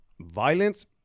violence